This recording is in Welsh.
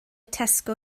tesco